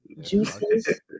Juices